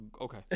okay